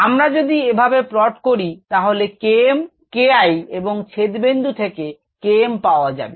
আমরা যদি এভাবে প্লট করি তাহলে Km KI এবং ছেদবিন্দু থেকে K m পাওয়া যাবে